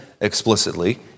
explicitly